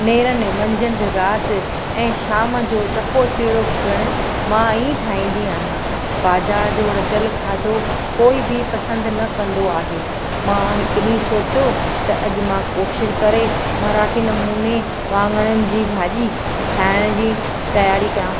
नेरनि मंझंदि रात ऐं शाम जो चपो चीरो पिणु मां ई ठाहींदी आहियां बाज़ार जो रधियलु खाधो कोई बि पसंदि न कंदो आहे मां हिक ॾींहुं सोचियो त अॼु मां कोशिशि करे मराठी नमूने वाङणनि जी भाॼी ठाहिण जी तयारी कयां